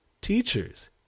Teachers